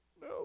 No